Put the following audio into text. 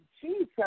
Jesus